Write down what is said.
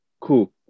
Cool